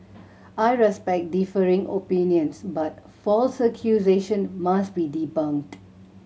I respect differing opinions but false accusation must be debunked